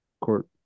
court